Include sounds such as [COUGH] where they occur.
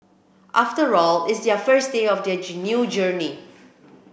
after all it's their first day of their [UNINTELLIGIBLE] new journey